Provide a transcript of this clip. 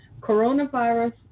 coronavirus